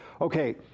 Okay